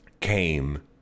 came